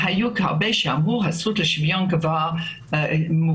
היו הרבה שגרסו שהזכות לשוויון גבר מוכרת